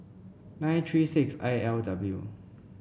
nine three six I L W